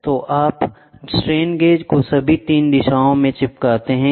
तो आप strain gauge को सभी 3 दिशाओं में चिपकते हैं